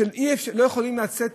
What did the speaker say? ולא יכולים לצאת.